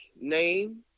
name